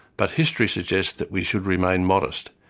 but history suggests that we should remain modest,